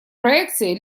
проекцией